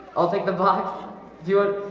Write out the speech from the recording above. i'll take the box do it.